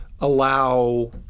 allow